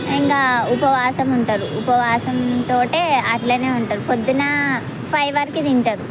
ఇంకా ఉపవాసం ఉంటారు ఉపవాసంతో అట్లా ఉంటారు పొద్దున్న ఫైవ్ వరకి తింటారు